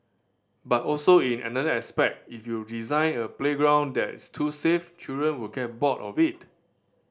but also in another aspect if you design a playground that's too safe children will get bored of it